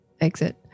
exit